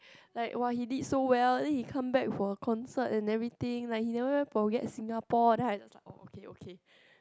like !wah! he did so well then he come back for concert and everything like he never forget Singapore then I just like orh okay okay